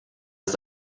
ist